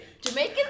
Jamaican